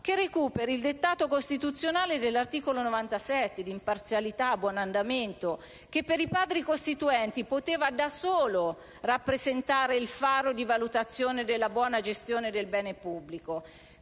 che recuperi il dettato costituzionale dell'articolo 97 di imparzialità e buon andamento, che per i Padri costituenti poteva da solo rappresentare il faro di valutazione della buona gestione del bene pubblico.